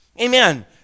amen